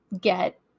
get